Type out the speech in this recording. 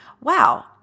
Wow